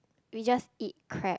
we just eat crab